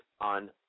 on